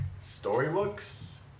storybooks